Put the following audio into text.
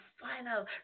final